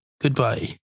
Goodbye